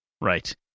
Right